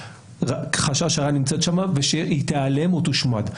חשש שהראיה נמצאת שם ושהיא תיעלם או תושמד.